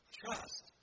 trust